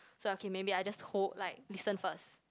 so okay maybe I just hold like listen first